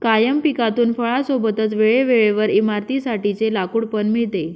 कायम पिकातून फळां सोबतच वेळे वेळेवर इमारतीं साठी चे लाकूड पण मिळते